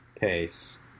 pace